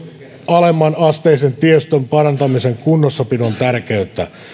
alemmanasteisen tiestön parantamisen ja kunnossapidon tärkeyttä